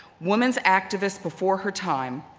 woman's activist before her time,